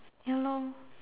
ya lor